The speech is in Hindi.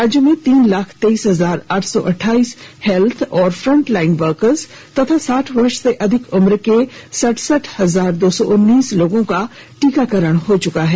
राज्य में तीन लाख तेइस हजार आठ सौ अठाइस हेल्थ और फ्रंटलाइन वर्कर और साठ वर्ष से अधिक उम्र के सड़सठ हजार दो सौ उन्नीस लोगों का टीकाकरण हो चुका है